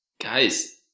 guys